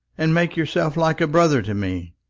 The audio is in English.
and make yourself like a brother to me.